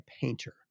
painter